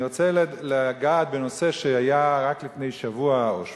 אני רוצה לגעת בנושא שהיה רק לפני שבוע או שבועיים.